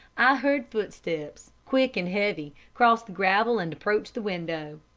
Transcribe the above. i heard footsteps, quick and heavy, cross the gravel and approach the window.